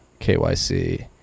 KYC